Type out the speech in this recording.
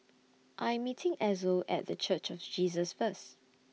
I'm meeting Ezell At The Church of Jesus First